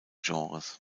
genres